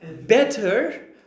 better